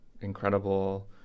incredible